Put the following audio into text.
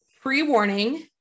Pre-warning